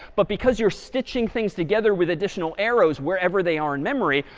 but because you're stitching things together with additional arrows wherever they are in memory,